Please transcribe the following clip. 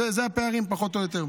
אלה הפערים פחות או יותר.